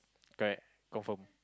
correct confirm